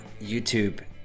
YouTube